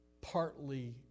partly